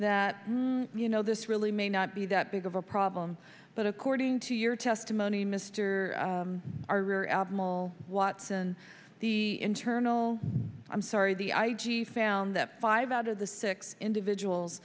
that you know this really may not be that big of a problem but according to your testimony mr our rear admiral watson the internal i'm sorry the i g found that five out of the six individuals